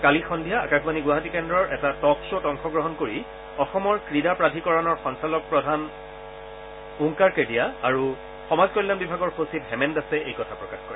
কালি সদ্ধিয়া আকাশবাণী গুৱাহাটী কেন্দ্ৰৰ এটা টক ঋত অংশগ্ৰহণ কৰি অসমৰ ক্ৰীড়া প্ৰাধিকৰণৰ সঞ্চালক প্ৰধান ওংকাৰ কেডিয়া আৰু সমাজ কল্যাণ বিভাগৰ সচিব হেমেন দাসে এই কথা প্ৰকাশ কৰে